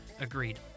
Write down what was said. Agreed